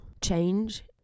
change